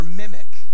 mimic